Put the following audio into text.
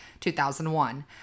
2001